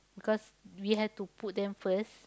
because we have to put them first